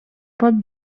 pot